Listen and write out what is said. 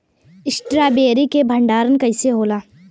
Strawberry के भंडारन कइसे होला?